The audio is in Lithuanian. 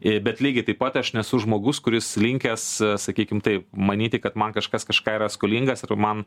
i bet lygiai taip pat aš nesu žmogus kuris linkęs sakykim taip manyti kad man kažkas kažką yra skolingas ir man